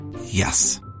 Yes